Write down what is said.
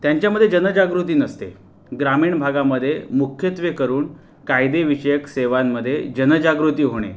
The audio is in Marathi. त्यांच्यामदे जनजागृती नसते ग्रामीण भागामध्ये मुख्यत्वे करून कायदेविषयक सेवांमध्ये जनजागृती होणे